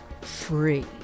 free